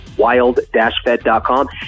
wild-fed.com